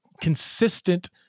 consistent